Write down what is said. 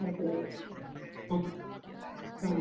അത് ശരി ആ ആ